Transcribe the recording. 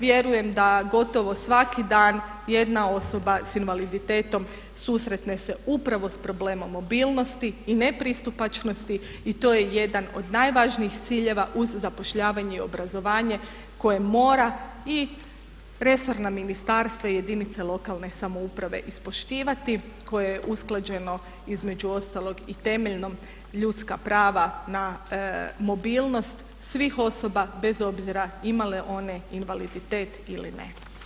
Vjerujem da gotovo svaki dan jedna osoba s invaliditetom susretne se upravo s problemom mobilnosti i nepristupačnosti i to je jedan od najvažnijih ciljeva uz zapošljavanje i obrazovanje koje mora i resorna ministarstva i jedinice lokalne samouprave ispoštivati koje je usklađeno između ostalog i temeljnom ljudska prava na mobilnost svih osoba bez obzira imale one invaliditet ili ne.